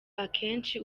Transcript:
akenshi